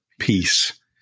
peace